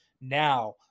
now